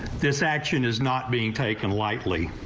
this action is not being taken lightly.